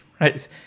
right